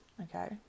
Okay